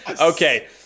Okay